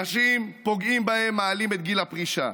נשים, פוגעים בהן, מעלים את גיל הפרישה,